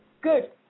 good